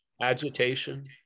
Agitation